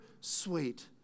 sweet